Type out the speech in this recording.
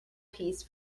piece